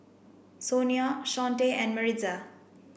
Sonia Shawnte and Maritza